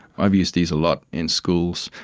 i've used these a lot in schools.